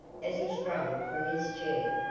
as he sprang from his chair. oh,